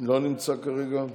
לא נמצא כרגע,